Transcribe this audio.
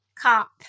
cop